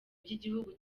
ry’igihugu